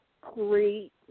great